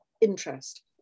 interest